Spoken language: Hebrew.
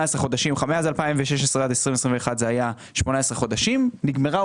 מאז 2016 ועד 2021 היא הייתה 18 חודשים; הוראת השעה נגמרה,